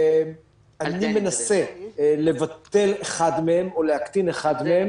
אני מנסה לבטל אחד מהם או להקטין אחד מהם